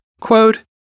quote